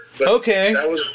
Okay